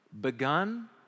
Begun